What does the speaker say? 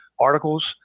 articles